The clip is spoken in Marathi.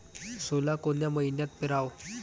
सोला कोन्या मइन्यात पेराव?